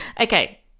Okay